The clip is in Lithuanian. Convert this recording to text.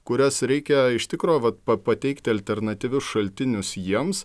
kurias reikia iš tikro vat pa pateikti alternatyvius šaltinius jiems